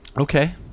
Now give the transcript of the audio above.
Okay